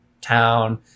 town